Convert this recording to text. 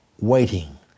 waiting